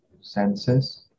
senses